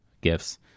gifts